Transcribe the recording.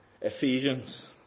Ephesians